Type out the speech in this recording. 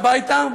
הביתה,